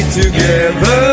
together